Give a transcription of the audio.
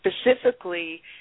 specifically